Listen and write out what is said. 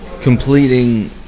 completing